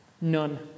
None